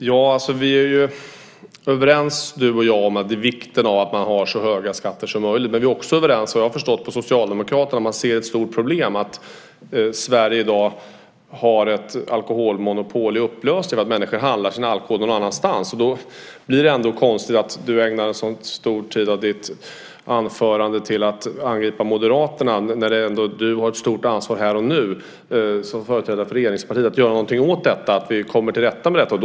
Fru talman! Ja, du och jag är överens om vikten av att ha så höga skatter som möjligt. Såvitt jag förstår Socialdemokraterna är vi också överens om att det är ett stort problem att Sverige i dag har ett alkoholmonopol i upplösning - människor handlar sin alkohol någon annanstans. Men det är konstigt att du i ditt anförande ägnar så mycket tid åt att angripa Moderaterna när det ändå är du som här och nu som företrädare för regeringspartiet har ett stort ansvar för att göra något åt detta så att vi kommer till rätta med det här.